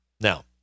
Now